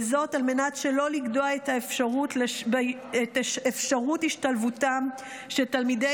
וזאת על מנת שלא לגדוע את אפשרות השתלבותם של תלמידי